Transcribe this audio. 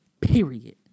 Period